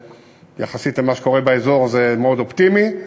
ויחסית למה שקורה באזור זה מאוד אופטימי,